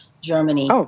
Germany